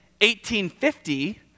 1850